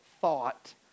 thought